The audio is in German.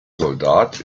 soldat